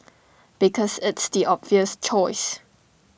because it's the obvious choice